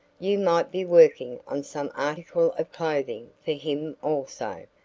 you might be working on some article of clothing for him also.